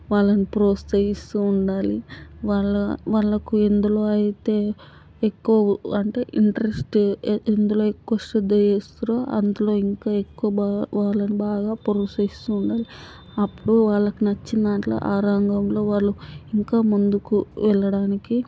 వాళ్ళని ప్రోత్సహిస్తూ ఉండాలి వాళ్ళ వాళ్ళకు ఎందులో అయితే ఎక్కువ అంటే ఇంట్రెస్ట్ ఎందులో ఎక్కువ శ్రద్ద చేస్తుర్రో అందులో ఇంకా ఎక్కువ బాగా వాళ్ళని బాగా ప్రోత్సహిస్తూ ఉండాలి అప్పుడు వాళ్ళకు నచ్చిన దాంట్లో ఆ రంగంలో వాళ్ళు ఇంకా ముందుకు వెళ్ళడానికి